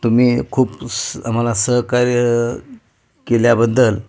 तुम्ही खूप आम्हाला सहकार्य केल्याबद्दल